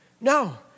No